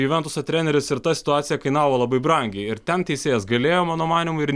juventuso treneris ir ta situacija kainavo labai brangiai ir ten teisėjas galėjo mano manymu ir